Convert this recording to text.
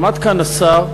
עמד כאן השר,